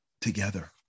together